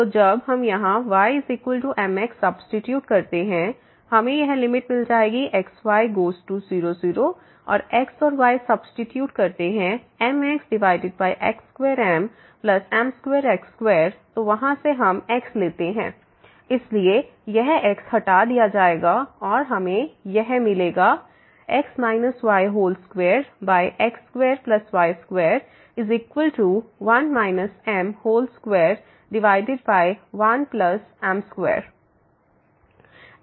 तो जब हम यहाँ y mx सब्सीट्यूट करते हैं हमें यह लिमिट मिल जाएगी x y गोज़ टू 0 0 और x और y सब्सीट्यूट करते हैं mx x2m m2x2 तो वहाँ से हम x लेते हैं इसलिए यह x हटा दिया जाएगा और हमें यह मिलेगा x y2x2y2 1 m21m2 x से मुक्त